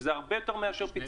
שזה הרבה יותר מפיצוי.